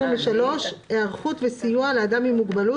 למסגרות "היערכות וסיוע לאדם עם מוגבלות